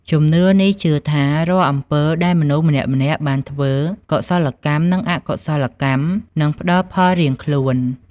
ជំនឿនេះជឿថា រាល់អំពើដែលមនុស្សម្នាក់ៗបានធ្វើ កុសលកម្ម និងអកុសលកម្ម នឹងផ្តល់ផលរៀងខ្លួន។